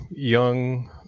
young